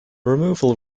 removal